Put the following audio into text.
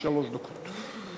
שלוש דקות.